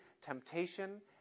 temptation